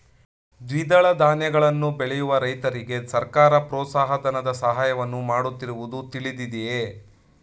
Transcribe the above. ದ್ವಿದಳ ಧಾನ್ಯಗಳನ್ನು ಬೆಳೆಯುವ ರೈತರಿಗೆ ಸರ್ಕಾರ ಪ್ರೋತ್ಸಾಹ ಧನದ ಸಹಾಯವನ್ನು ಮಾಡುತ್ತಿರುವುದು ತಿಳಿದಿದೆಯೇ?